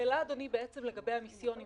השאלה אדוני בעצם לגבי המיסיון,